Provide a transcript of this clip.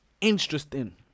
interesting